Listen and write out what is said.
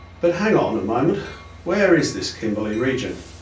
but hang on a moment where is this kimberley region?